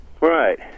Right